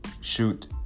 shoot